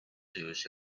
sujus